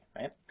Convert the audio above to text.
right